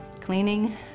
cleaning